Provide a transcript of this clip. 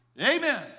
Amen